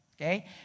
okay